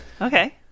Okay